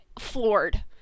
floored